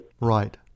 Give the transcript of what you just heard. Right